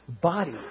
body